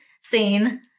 Scene